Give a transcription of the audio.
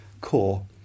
core